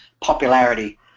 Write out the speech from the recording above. popularity